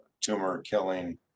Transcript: tumor-killing